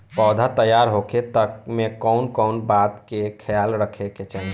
पौधा तैयार होखे तक मे कउन कउन बात के ख्याल रखे के चाही?